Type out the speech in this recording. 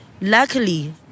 luckily